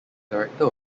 director